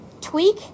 tweak